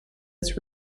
its